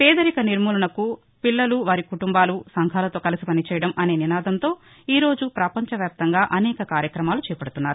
పేదరిక నిర్మూలనకు పిల్లలు వారి కుటుంబాలు సంఘాలతో కలసి పనిచేయడం అనే నినాదంతో ఈ రోజు భరపంచ వ్యాప్తంగా అనేక కార్యక్రమాలు చేపడుతున్నారు